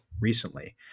recently